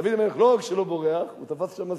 דוד המלך, לא רק שלא בורח, הוא תפס שם שה,